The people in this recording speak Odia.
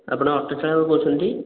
ଆପଣ ଅଟୋ ଚାଳକ କହୁଛନ୍ତି